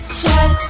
shut